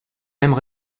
mêmes